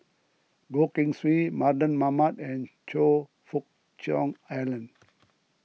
Goh Keng Swee Mardan Mamat and Choe Fook Cheong Alan